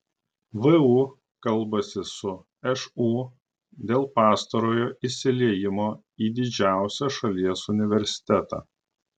vu kalbasi su šu dėl pastarojo įsiliejimo į didžiausią šalies universitetą